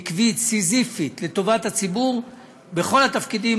עקבית וסיזיפית לטובת הציבור בכל התפקידים